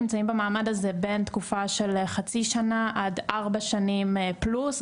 נמצאים במעמד הזה בין תקופה של חצי שנה עד ארבע שנים פלוס,